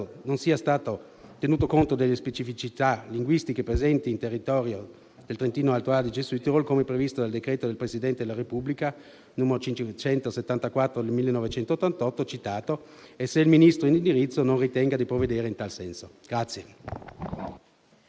non si sia tenuto conto delle specificità linguistiche presenti in Trentino-Alto Adige-Südtirol come previsto dal decreto del Presidente della Repubblica 15 luglio 1988, n. 574, citato e se il Ministro in indirizzo non ritenga di provvedere in tal senso.